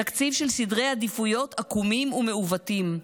תקציב של סדרי עדיפויות עקומים ומעוותים,